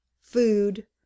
food